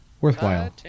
worthwhile